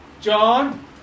John